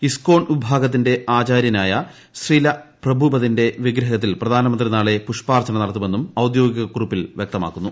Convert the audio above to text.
ഇസ്കോൺ വിഭാഗത്തിന്റെ ആചാര്യനായ സ്രില പ്രഭുപദിന്റെ വിഗ്രഹത്തിൽ പ്രധാനമന്ത്രി നാളെ പുഷ്പാർച്ചന നടത്തുമെന്നും ഔദ്യോഗിക കുറിപ്പിൽ വൃക്തമാക്കുന്നു